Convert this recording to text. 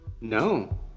no